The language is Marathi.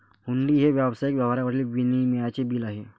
हुंडी हे व्यावसायिक व्यवहारातील विनिमयाचे बिल आहे